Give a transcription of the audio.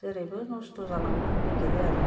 जेरैबो नस्थ' जालांनो नागिरो आरो